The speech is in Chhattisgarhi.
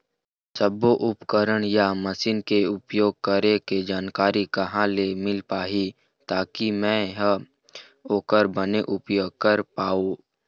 सब्बो उपकरण या मशीन के उपयोग करें के जानकारी कहा ले मील पाही ताकि मे हा ओकर बने उपयोग कर पाओ?